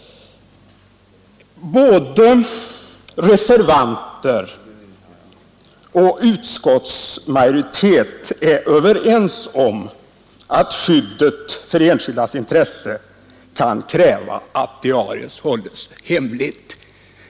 Både reservanter och utskottsmajoritet är överens om att skyddet för enskildas intresse kan kräva att diariet hålls hemligt.